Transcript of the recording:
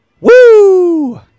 Woo